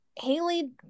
Haley